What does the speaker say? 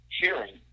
hearing